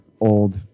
old